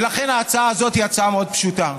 ולכן, ההצעה הזאת היא הצעה מאוד פשוטה,